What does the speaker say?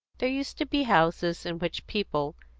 there used to be houses in which people,